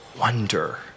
wonder